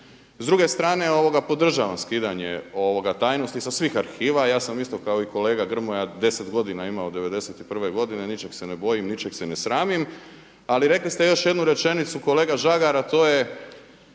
S druge strane podržavam skidanje tajnosti sa svih arhiva. A ja sam isto kao i kolega Grmoja 10 godina imao '91. godine, ničeg se ne bojim, ničeg se ne sramim. Ali rekli ste još jednu rečenicu kolega Žagar a to je